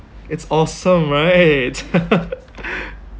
it's awesome right